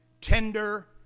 tender